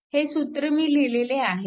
हे सूत्र मी लिहिलेले आहेच